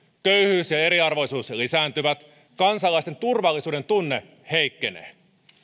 köyhyys ja eriarvoisuus lisääntyvät kansalaisten turvallisuudentunne heikkenee